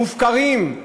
מופקרים,